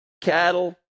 cattle